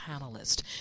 panelist